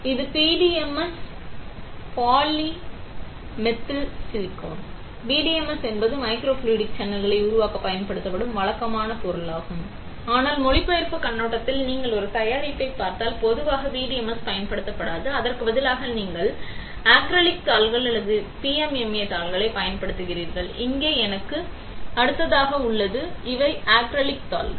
இது PDMS polydimethylsiloxane PDMS என்பது microfluidic சேனல்களை உருவாக்கப் பயன்படும் வழக்கமான பொருளாகும் ஆனால் மொழிபெயர்ப்புக் கண்ணோட்டத்தில் நீங்கள் ஒரு தயாரிப்பைப் பார்த்தால் பொதுவாக PDMS பயன்படுத்தப்படாது அதற்கு பதிலாக நீங்கள் அக்ரிலிக் தாள்கள் அல்லது PMMA தாள்களைப் பயன்படுத்துகிறீர்கள் இங்கே எனக்கு அடுத்ததாக உள்ளது இவை அக்ரிலிக் தாள்கள்